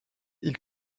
ils